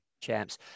champs